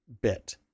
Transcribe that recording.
bit